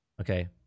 okay